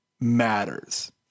matters